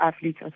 athletes